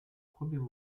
premier